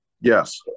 Yes